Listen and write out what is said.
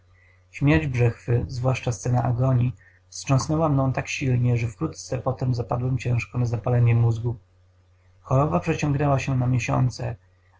śmierć brzechwy zwłaszcza scena agonii wstrząsnęła mną tak silnie że wkrótce potem zapadłem ciężko na zapalenie mózgu choroba przeciągnęła się na miesiące